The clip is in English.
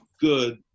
good